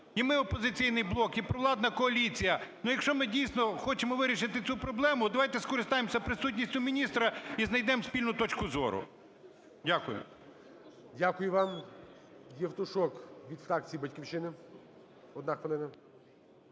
І ми, "Опозиційний блок", і провладна коаліція, ну, якщо ми, дійсно, хочемо вирішити цю проблему, давайте скористаємося присутністю міністра і зайдемо спільну точку зору. Дякую. ГОЛОВУЮЧИЙ. Дякую вам. Євтушок від фракції "Батьківщина", одна хвилина.